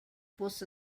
bws